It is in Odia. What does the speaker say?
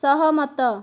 ସହମତ